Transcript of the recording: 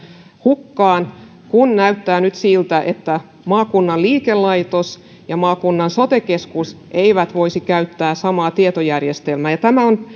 hukkaan kun näyttää nyt siltä että maakunnan liikelaitos ja maakunnan sote keskus eivät voisi käyttää samaa tietojärjestelmää tämä on